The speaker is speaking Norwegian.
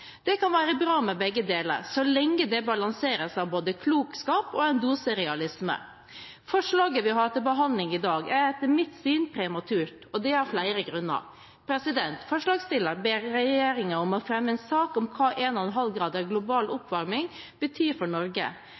Det kan være bra med begge deler så lenge det balanseres av både klokskap og en dose realisme. Forslaget vi har til behandling i dag, er etter mitt syn prematurt, og det av flere grunner. Forslagsstilleren ber regjeringen om å fremme en sak om hva 1,5 grader global oppvarming betyr for Norge.